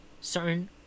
certain